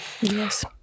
Yes